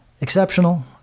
exceptional